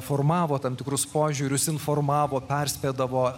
formavo tam tikrus požiūrius informavo perspėdavo